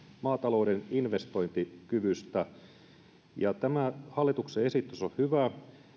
maatalouden investointikyvystä tämä hallituksen esitys on hyvä